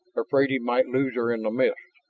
afraid he might lose her in the mist.